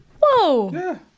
Whoa